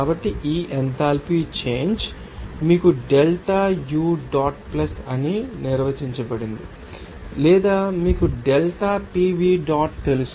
కాబట్టి ఈ enthalpy change మీకు డెల్టా యు డాట్ ప్లస్ అని నిర్వచించబడింది లేదా మీకు డెల్టా PV డాట్ తెలుసు